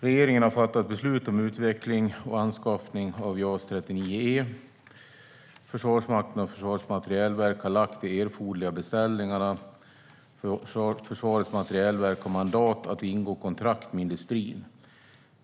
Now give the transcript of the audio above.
Regeringen har fattat beslut om utveckling och anskaffning av JAS 39 E. Försvarsmakten och Försvarets materielverk har lagt de erforderliga beställningarna, och Försvarets materielverk har mandat att ingå kontrakt med industrin.